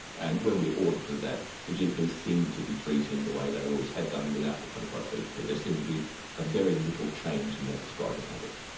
and when we audited that the gps seemed to be treating the way they always had done without the twenty four hour bp, there seemed to be very little change in their prescribing habits.